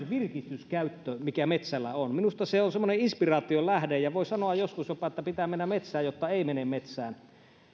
virkistyskäyttö mikä metsällä on minusta se on semmoinen inspiraation lähde ja voi sanoa joskus jopa että pitää mennä metsään jotta ei mene metsään